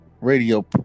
radio